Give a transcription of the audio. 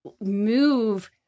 move